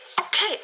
Okay